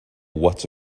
what